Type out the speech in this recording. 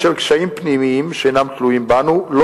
בשל קשיים פנימיים שאינם תלויים בנו לא